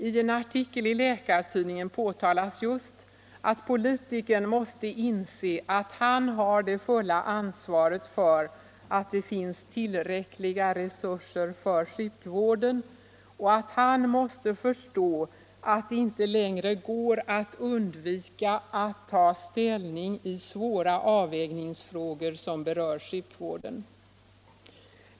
I en artikel i Läkartidningen påtalas just att politikern måste inse att han har det fulla ansvaret för att det finns tillräckliga resurser för sjukvården och att han måste förstå att det inte längre går att undvika att ta ställning i svåra avvägningsfrågor som berör sjukvården.